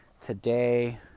today